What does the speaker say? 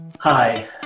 Hi